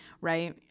right